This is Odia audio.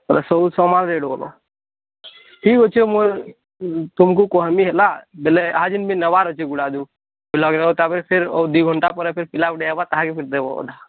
ବୋଲେ ସବୁ ସମାନେ ରେଟ୍ ହବ ଠିକ୍ ଅଛି ମୁଇଁ ତମକୁ କହିମି ହେଲା ବେଲେ ଆଜ୍ ଇନ୍ ନେବାର ଅଛି ଗୁଡ଼ା ଯେଉଁ ଲାଗ୍ବେ ତାପରେ ଫିର୍ ଆଉ ଦୁଇ ଘଣ୍ଟା ପରେ ଫିର୍ ପିଲା ଗୋଟେ ଆଇବ ତାକେ ଫୁଣି ଦେବ ଅଧା